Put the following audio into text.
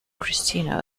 christina